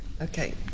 Okay